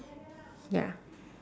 ya